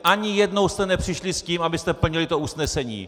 Ani jednou jste nepřišli s tím, abyste plnili to usnesení!